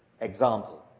example